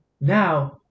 Now